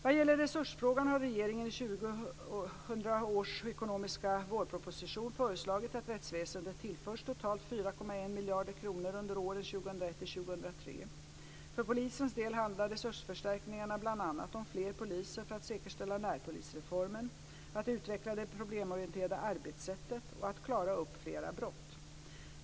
Vad gäller resursfrågan har regeringen i 2000 års ekonomiska vårproposition föreslagit att rättsväsendet tillförs totalt 4,1 miljarder kronor under åren 2001 2003. För polisens del handlar resursförstärkningarna bl.a. om fler poliser för att säkerställa närpolisreformen, att utveckla det problemorienterade arbetssättet och att klara upp flera brott.